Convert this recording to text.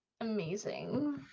Amazing